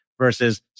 versus